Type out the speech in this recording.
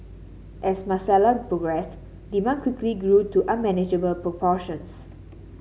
as Marcella progressed demand quickly grew to unmanageable proportions